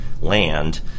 land